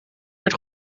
werd